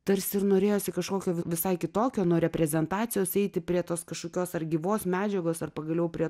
tarsi ir norėjosi kažkokio visai kitokio nuo reprezentacijos eiti prie tos kažkokios ar gyvos medžiagos ar pagaliau prie